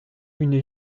une